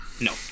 No